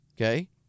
okay